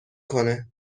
کنه